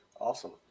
Awesome